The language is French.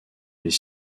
les